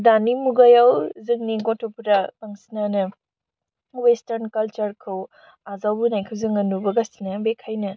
दानि मुगायाव जोंनि गथ'फ्रा बांसिनानो वेस्टार्न कालसारखौ आजावबोनायखौ जोङो नुबोगासिनो बेखायनो